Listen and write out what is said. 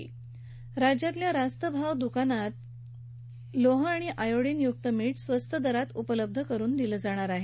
कोल्हापूर राज्यातल्या रास्त भाव दुकानात लोह आणि आयोडिन युक्त मीठ स्वस्त दरात उपलब्ध करुन दिलं जाणार आहे